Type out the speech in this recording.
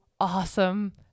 awesome